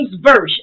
Version